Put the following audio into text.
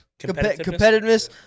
Competitiveness